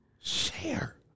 share